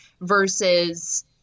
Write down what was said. versus